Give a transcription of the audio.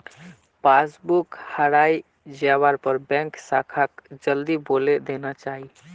passbook हराई जवार पर बैंक शाखाक जल्दीत बोली देना चाई